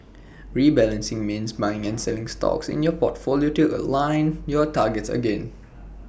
rebalancing means buying and selling stocks in your portfolio to realign your targets again